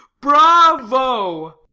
bravo!